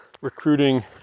recruiting